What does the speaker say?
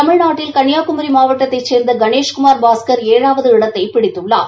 தமிழ்நாட்டில் கன்னியாகுமி மாவட்டத்தைச் சேர்ந்த கணேஷ்குமார் பாஸ்கர் ஏழாவது இடத்தை பிடித்துள்ளார்